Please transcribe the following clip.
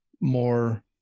more